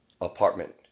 apartment